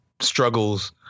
struggles